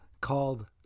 called